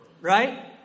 Right